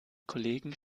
kollegen